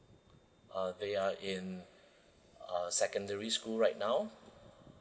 uh they are in uh secondary school right now